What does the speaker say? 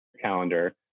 calendar